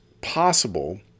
possible